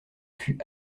fut